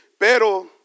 pero